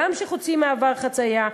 גם כשחוצים במעבר חציה,